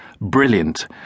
Brilliant